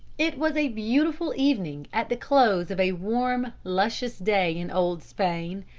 it was a beautiful evening at the close of a warm, luscious day in old spain.